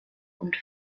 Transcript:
und